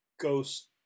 ghost